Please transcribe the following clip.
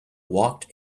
walked